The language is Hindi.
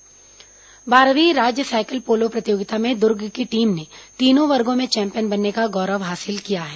साइकिल पोलो टेबल टेनिस बारहवीं राज्य साइकिल पोलो प्रतियोगिता में दूर्ग की टीम ने तीनों वर्गों में चैंपियन बनने का गौरव हासिल किया है